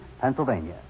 Pennsylvania